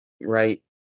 Right